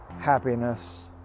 happiness